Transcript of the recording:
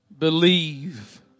Believe